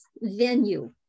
venue